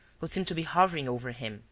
who seemed to be hovering over him,